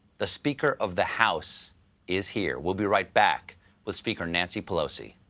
the speaker of the house is here. we'll be right back with speaker nancy pelosi.